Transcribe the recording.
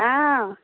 हँ